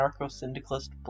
anarcho-syndicalist